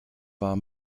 war